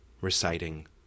reciting